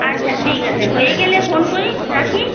আচ্ছা ঠিক আছে হয়ে গেলে ফোন করিস রাখি